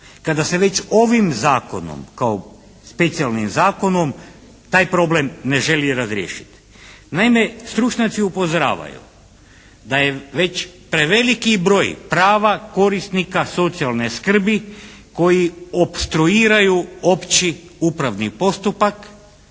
kada se već ovim zakonom kao specijalnim zakonom taj problem ne želi razriješiti. Naime, stručnjaci upozoravaju da je već preveliki broj prava korisnika socijalne skrbi koji opstruiraju opći upravni postupak